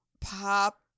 pop